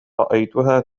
رأيتها